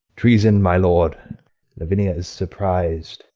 treason, my lord lavinia is surpris'd!